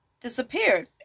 disappeared